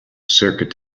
circuit